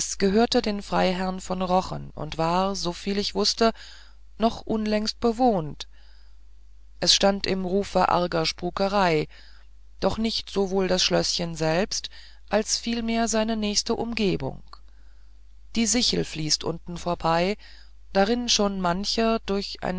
gehörte den freiherrn von rochen und war soviel ich wußte noch unlängst bewohnt es stand im rufe arger spukereien doch nicht sowohl das schlößchen selbst als vielmehr seine nächste umgebung die sichel fließt unten vorbei darin schon mancher durch